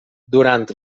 durant